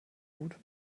gut